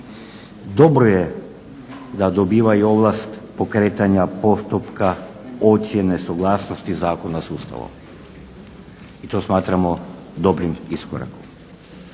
Dobro je da dobiva i ovlast pokretanja postupka ocjene suglasnosti zakona s Ustavom. I to smatramo dobrim iskorakom.